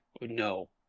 No